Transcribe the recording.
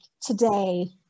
today